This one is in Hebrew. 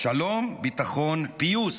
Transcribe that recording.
שלום, ביטחון, פיוס.